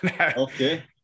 Okay